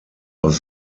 auf